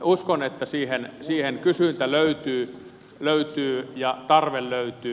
uskon että siihen kysyntä löytyy ja tarve löytyy